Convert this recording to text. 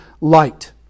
light